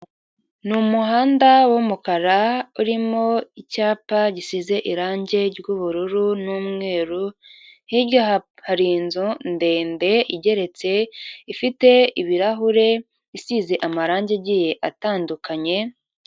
Ni umuhanda w'umukara urimo icyapa gisize irangi ry'ubururu n'umweru, hirya hari inzu ndende igeretse ifite ibirahure isize amarangi igiye atandukanye.